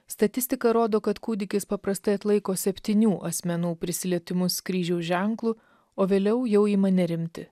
statistika rodo kad kūdikis paprastai atlaiko septynių asmenų prisilietimus kryžiaus ženklu o vėliau jau ima nerimti